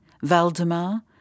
Valdemar